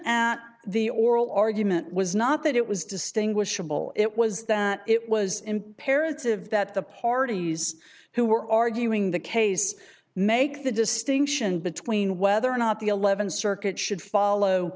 and the oral argument was not that it was distinguishable it was that it was imperative that the parties who were arguing the case make the distinction between whether or not the th circuit should follow